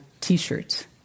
T-shirts